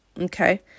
Okay